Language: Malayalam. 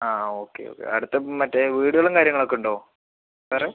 ആ ഓക്കെ ഓക്കെ അടുത്തൊക്കെ മറ്റേ വീടുകളും കാര്യങ്ങളൊക്കെയുണ്ടോ വേറെ